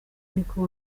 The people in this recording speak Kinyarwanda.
niko